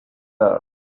bare